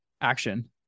action